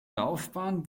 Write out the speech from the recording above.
laufbahn